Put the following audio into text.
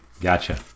Gotcha